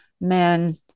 men